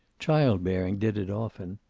child-bearing did it, often.